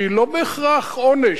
שהיא לא בהכרח עונש,